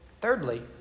Thirdly